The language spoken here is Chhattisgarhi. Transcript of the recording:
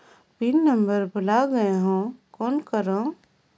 पिन नंबर भुला गयें हो कौन करव?